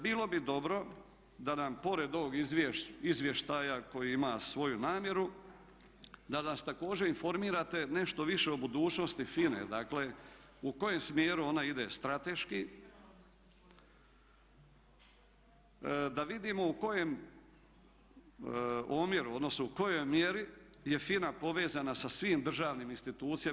Bilo bi dobro da nam pored ovog izvještaja koji ima svoju namjeru, da nas također informirate nešto više o budućnosti FINA-e, dakle u kojem smjeru ona ide strateški, da vidimo u kojem omjeru, odnosno u kojoj mjeri je FINA povezana sa svim državnim institucijama.